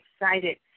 excited